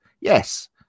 Yes